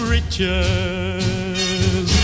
Riches